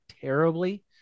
terribly